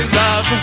love